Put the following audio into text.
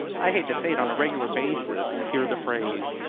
i hate to say it, on a regular basis hear the phrase,